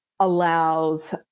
allows